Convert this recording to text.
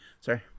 Sorry